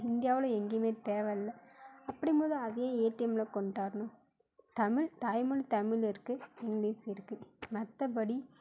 இந்தியாவில் எங்கேயுமே தேவையில்ல அப்படிங்கும் போது அதை ஏன் ஏடிஎம்மில் கொண்டாரணும் தமிழ் தாய்மொழி தமிழ் இருக்குது இங்கிலீஷ் இருக்குது மற்றபடி